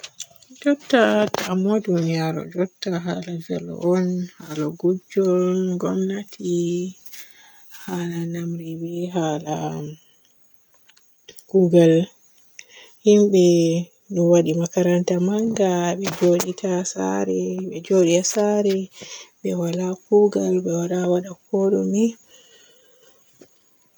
Jutta damuwa duniyaru jutta haala veelu on, haala gojju, gomnati haala namri be haala kuugal. himɓe ɗo waaɗi makaranta manga be joodita saare me e njoodi haa saare be waala kuugal be waala kooɗume